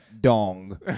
Dong